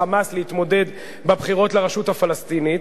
ל"חמאס" להתמודד בבחירות לרשות הפלסטינית,